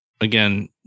again